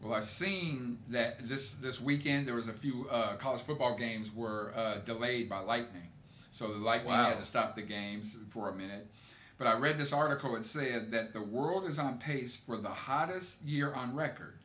well i've seen that this this weekend there was a few college football games were delayed by lightning so i was like wow to stop the games for a minute but i read this article and say that the world is on pace for the hottest year on record